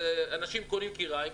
אנשים קונים כיריים,